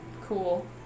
Cool